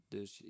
Dus